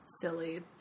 silly